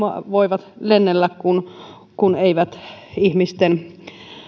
voivat lennellä kun kun eivät tule ihmisten